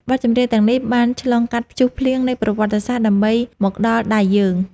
បទចម្រៀងទាំងនេះបានឆ្លងកាត់ព្យុះភ្លៀងនៃប្រវត្តិសាស្ត្រ ដើម្បីមកដល់ដៃយើង។